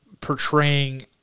portraying